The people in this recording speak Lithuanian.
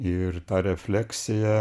ir ta refleksija